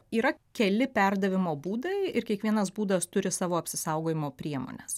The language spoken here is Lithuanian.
yra keli perdavimo būdai ir kiekvienas būdas turi savo apsisaugojimo priemones